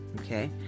okay